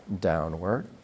downward